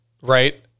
Right